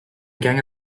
gang